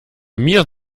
mir